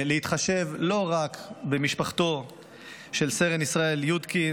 להתחשב לא רק במשפחתו של סרן ישראל יודקין,